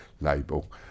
label